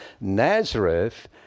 Nazareth